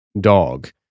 dog